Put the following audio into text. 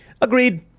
Agreed